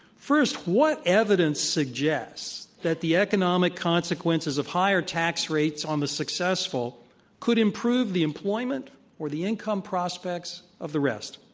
first, what evidence suggests that the economic consequences of higher tax rates on the successful could improve the employment or the income prospects of the rest?